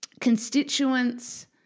constituent's